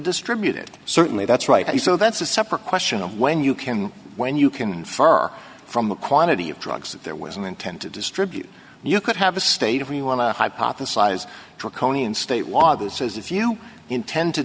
distribute it certainly that's right so that's a separate question of when you can when you can infer from a quantity of drugs that there was an intent to distribute you could have a state if we want to hypothesize draconian state law that says if you intend to